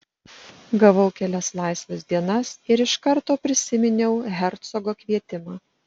gavau kelias laisvas dienas ir iš karto prisiminiau hercogo kvietimą